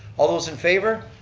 all those in favor?